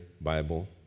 Bible